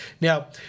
Now